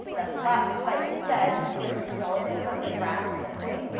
the flatspike sedge, which is a relative of the grass family.